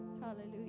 Hallelujah